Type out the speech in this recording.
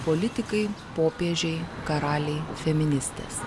politikai popiežiai karaliai feministės